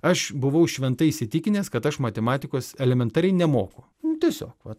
aš buvau šventai įsitikinęs kad aš matematikos elementariai nemoku nu tiesiog vat